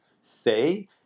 say